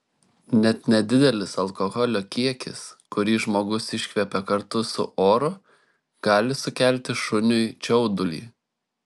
net nedidelis alkoholio kiekis kurį žmogus iškvepia kartu su oru gali sukelti šuniui čiaudulį